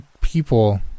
people